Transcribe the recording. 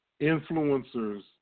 influencers